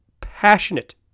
passionate